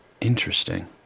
interesting